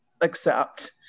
accept